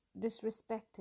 disrespected